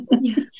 Yes